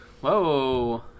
Whoa